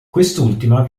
quest’ultima